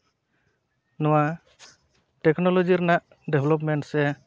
ᱱᱚᱣᱟ ᱴᱮᱠᱱᱳᱞᱚᱡᱤ ᱨᱮᱱᱟᱜ ᱵᱮᱵᱷᱞᱚᱯᱢᱮᱱᱴ ᱥᱮ